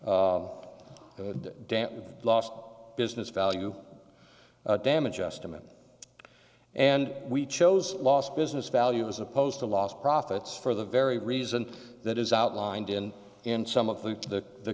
damn lost business value damage estimate and we chose lost business value as opposed to lost profits for the very reason that is outlined in in some of the